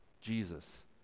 Jesus